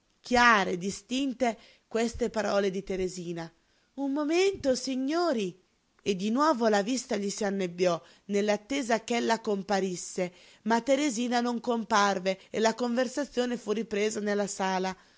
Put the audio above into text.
chiare distinte queste parole di teresina un momento signori e di nuovo la vista gli s'annebbiò nell'attesa ch'ella comparisse ma teresina non comparve e la conversazione fu ripresa nella sala